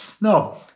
No